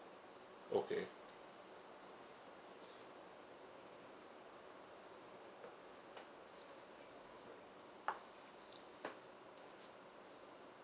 okay